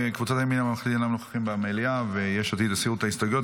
קבוצת הימין הממלכתי אינם נוכחים במליאה ויש עתיד הסירו את ההסתייגויות.